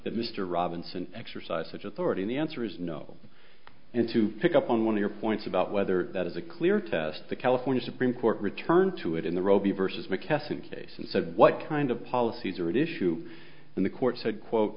that mr robinson exercised such authority in the answer is no and to pick up on one of your points about whether that is a clear test the california supreme court returned to it in the robie vs mckesson case and said what kind of policies are at issue in the court said quote